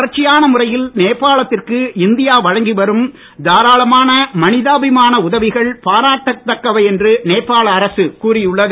தொடர்ச்சியான முறையில் நேபாள த்திற்கு இந்தியா வழங்கி வரும் தாராளமான மனிதாபமான உதவிகள் பாராட்டத்தக்கவை என்று நேபாள அரசு கூறியுள்ளது